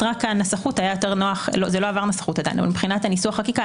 זה לא עבר נסחות עדיין אבל מבחינת ניסוח חקיקה,